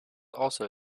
also